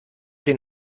den